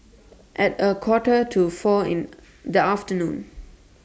At A Quarter to four in The afternoon